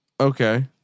Okay